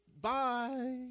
bye